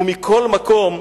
ומכל מקום,